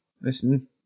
listen